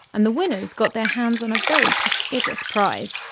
and the winners got their hands on a very prestigious prize,